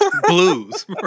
blues